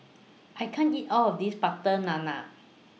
I can't eat All of This Butter Naan